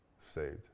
saved